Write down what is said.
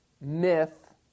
myth